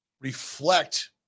reflect